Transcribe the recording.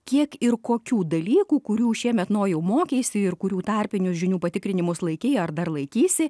kiek ir kokių dalykų kurių šiemet nojau mokeisi ir kurių tarpinių žinių patikrinimus laikei ar dar laikysi